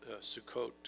Sukkot